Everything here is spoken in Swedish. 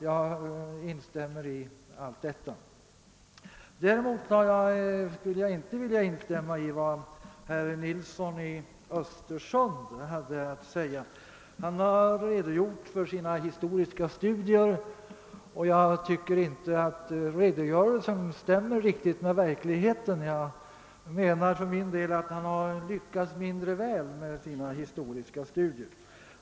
Jag instämmer i allt detta. Däremot vill jag inte instämma med herr Nilsson i Östersund när han talar om sina historiska studier. Jag tycker inte att redogörelsen stämmer riktigt med verkligheten. Jag menar för min del att han lyckats mindre väl med dessa historiska studier.